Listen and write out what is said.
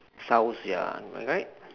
south ya am I right